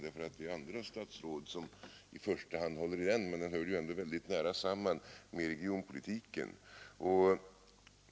Det är andra statsråd som i första hand håller i den. Den hör ändå samman med regionpolitiken.